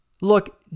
Look